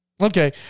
okay